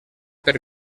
per